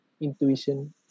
intuition